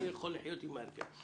אני יכול לחיות עם ההרכב,